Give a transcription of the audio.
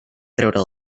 treure